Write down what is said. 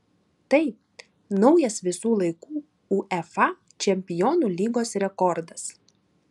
tai naujas visų laikų uefa čempionų lygos rekordas